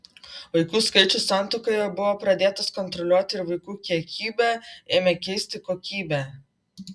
vaikų skaičius santuokoje buvo pradėtas kontroliuoti ir vaikų kiekybę ėmė keisti kokybė